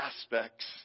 aspects